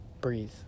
breathe